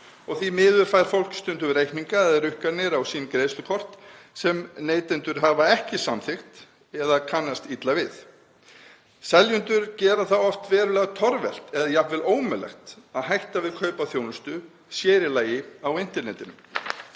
og því miður fær fólk stundum reikninga eða rukkanir á greiðslukort sín sem neytendur hafa ekki samþykkt eða kannast illa við. Seljendur gera það oft verulega torvelt eða jafnvel ómögulegt að hætta við kaup á þjónustu, sér í lagi á internetinu.